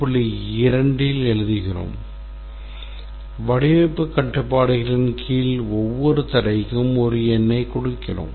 2 இல் எழுதுகிறோம் வடிவமைப்பு கட்டுப்பாடுகளின் கீழ் ஒவ்வொரு தடைக்கும் ஒரு எண்ணைக் கொடுக்கிறோம்